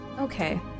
Okay